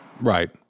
Right